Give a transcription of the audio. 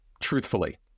truthfully